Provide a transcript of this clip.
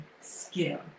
skill